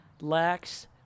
lacks